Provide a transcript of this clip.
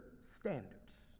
standards